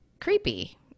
creepy